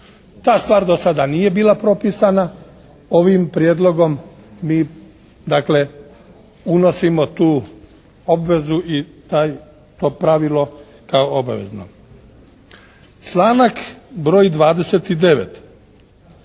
Ta stvar do sada nije bila propisana, ovim Prijedlogom mi dakle unosimo tu obvezu i to pravilo kao obavezno. Članak broj 29.